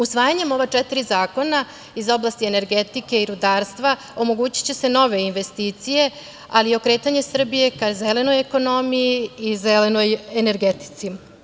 Usvajanjem ova četiri zakona iz oblasti energetike i rudarstva, omogućiće se nove investicije, ali i okretanje Srbije ka zelenoj ekonomiji i zelenoj energetici.